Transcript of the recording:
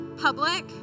public